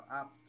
up